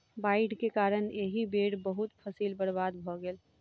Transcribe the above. बाइढ़ के कारण एहि बेर बहुत फसील बर्बाद भअ गेल